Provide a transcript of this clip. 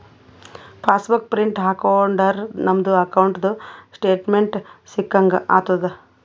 pass book print ಹಾಕೊಂಡುರ್ ನಮ್ದು ಅಕೌಂಟ್ದು ಸ್ಟೇಟ್ಮೆಂಟ್ ಸಿಕ್ಕಂಗ್ ಆತುದ್